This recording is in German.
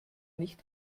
nicht